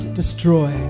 destroy